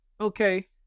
okay